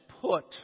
put